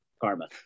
Karma